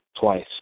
twice